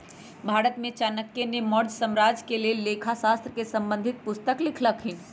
भारत में चाणक्य ने मौर्ज साम्राज्य के लेल लेखा शास्त्र से संबंधित पुस्तक लिखलखिन्ह